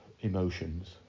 Emotions